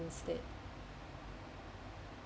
instead